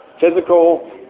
physical